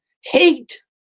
hate